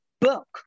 book